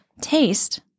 Taste